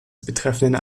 betreffenden